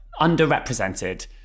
underrepresented